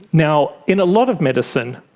now, in a lot of medicine,